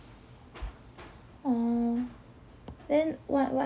oh then what what